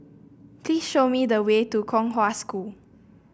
please show me the way to Kong Hwa School